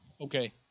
okay